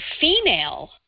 female